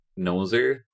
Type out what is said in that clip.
noser